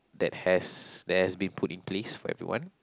that has that has been put in place for everyone